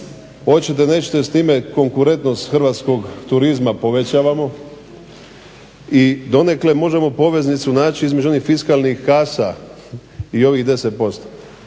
hoćete nećete s time konkurentnost hrvatskog turizma povećavamo i donekle možemo poveznicu naći između onih fiskalnih kasa i ovih 10%.